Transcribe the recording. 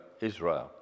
Israel